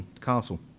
castle